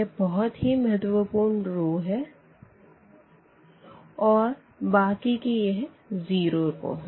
यह बहुत ही महत्वपूर्ण रो है और बाकी की यह ज़ीरो रो है